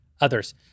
others